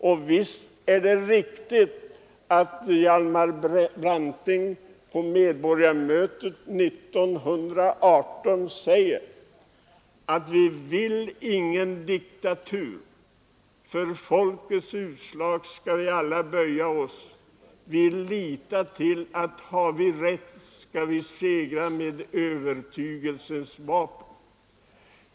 Och visst är det riktigt som Hjalmar Branting sade på medborgarmötet 1918, att vi vill ingen diktatur. För folkets utslag skall vi alla böja oss. Vi litar till att har vi rätt skall vi segra med övertygelsens vapen.